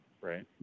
Right